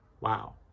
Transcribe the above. Wow